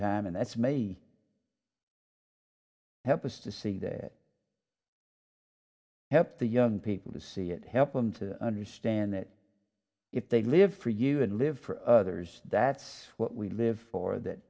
time and that's me help us to see that help the young people to see it help them to understand that if they live for you and live for others that's what we live for that